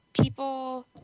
people